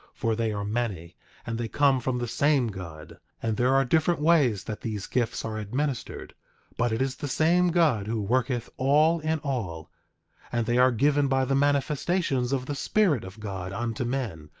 for they are many and they come from the same god. and there are different ways that these gifts are administered but it is the same god who worketh all in all and they are given by the manifestations of the spirit of god unto men,